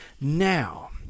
now